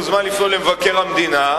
הוא מוזמן לפנות אל מבקר המדינה.